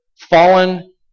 fallen